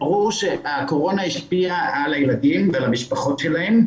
ברור שהקורונה השפיעה על הילדים ועל המשפחות שלהם.